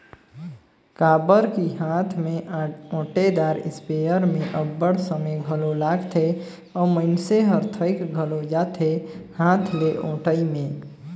काबर कि हांथ में ओंटेदार इस्पेयर में अब्बड़ समे घलो लागथे अउ मइनसे हर थइक घलो जाथे हांथ ले ओंटई में